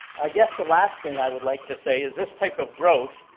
i guess the last thing i would like to say is this type of growth,